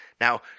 Now